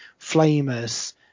flamers